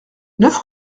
neuf